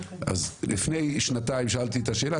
אז לפני שנתיים שאלתי את השאלה.